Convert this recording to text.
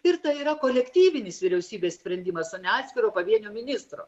ir tai yra kolektyvinis vyriausybės sprendimas o ne atskiro pavienio ministro